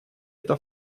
это